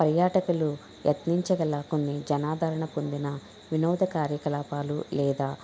పర్యాటకలు ఎత్నించగల కొన్ని జనాధారణ పొందిన వినోద కార్యకలాపాలు లేదా